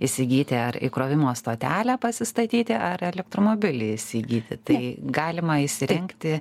įsigyti ar įkrovimo stotelę pasistatyti ar elektromobilį įsigyti tai galima įsirengti